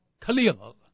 Khalil